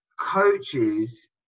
coaches